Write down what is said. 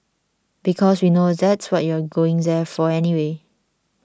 because we know that's what you're going there for anyway